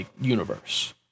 universe